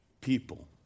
People